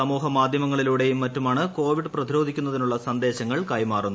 സമൂഹമാധൃമങ്ങളിലൂടെയും മറ്റുമാണ് കോവിഡ് പ്രതിരോധി ക്കുന്നതിനുള്ള സന്ദേശങ്ങൾ കൈമാറുന്നത്